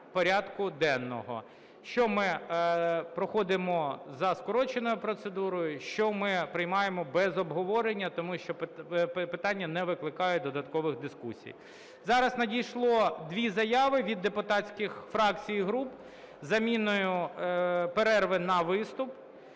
порядку денного, що ми проходимо за скороченою процедурою, що ми приймаємо без обговорення, тому що питання не викликає додаткових дискусій. Зараз надійшли дві заяви від депутатських фракцій і груп з заміною перерви на виступ.